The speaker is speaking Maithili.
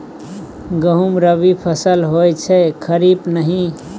गहुम रबी फसल होए छै खरीफ नहि